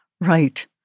Right